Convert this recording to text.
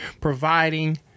providing